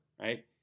right